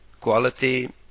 quality